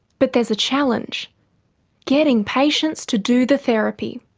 but there's a challenge getting patients to do the therapy.